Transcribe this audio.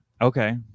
Okay